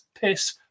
piss